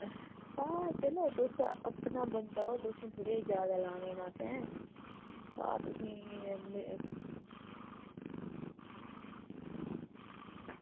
हां चलो तुस अपना बंदा ओ तुसेंगी थोह्ड़े ज्यादा लाने न असें तां तुसेंगी